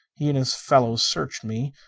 he and his fellows searched me,